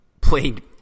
played